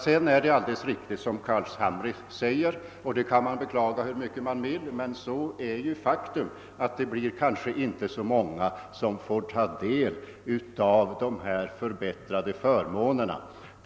Sedan är det alldeles riktigt som herr Carlshamre säger, att det är så många som kommer att bli så gamla att de inte har så stor glädje av de förbättrade förmånerna — det är ett faktum som man må beklaga hur mycket man vill men som det är svårt att göra någonting åt.